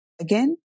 Again